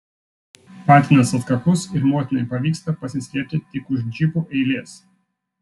patinas atkaklus ir motinai pavyksta pasislėpti tik už džipų eilės